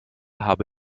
habe